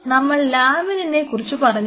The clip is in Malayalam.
നമ്മൾ ലാമിനിനെ കുറിച്ച് പറഞ്ഞിരുന്നു